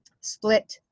split